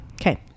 Okay